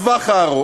בטווח הארוך,